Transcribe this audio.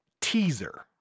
teaser